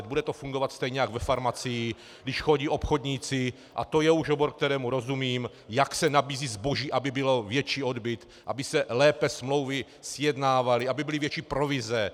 Bude to fungovat stejně jako ve farmacii, když chodí obchodníci, a to je už obor, kterému rozumím, jak se nabízí zboží, aby byl větší odbyt, aby se smlouvy lépe sjednávaly, aby byly větší provize.